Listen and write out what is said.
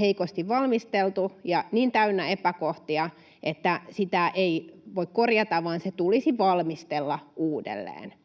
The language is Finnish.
heikosti valmisteltu ja niin täynnä epäkohtia, että sitä ei voi korjata, vaan se tulisi valmistella uudelleen.